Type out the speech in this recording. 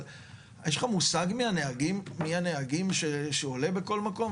אבל יש לך מושג מי הנהגים שעולים בכל מקום?